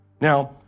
Now